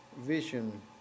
vision